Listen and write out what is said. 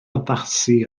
addasu